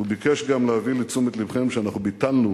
והוא ביקש גם להביא לתשומת לבכם שאנחנו ביטלנו